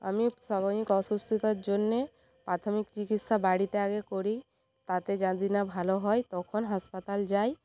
আমি সাময়িক অসুস্থতার জন্য প্রাথমিক চিকিৎসা বাড়িতে আগে করি তাতে যাদি না ভালো হয় তখন হাসপাতাল যাই